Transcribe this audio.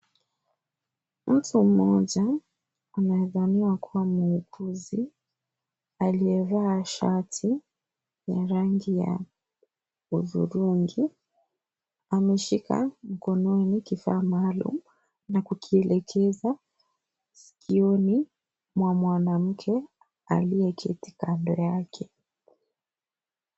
Mtu mmoja anayedhaniwa kuwa muuguzi aliyevaa shati ya rangi ya hudhurungi ameshika mkononi kifaa maalum na kukielekeza sikioni mwa mwanamke aliyeketi kando yake.